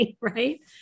right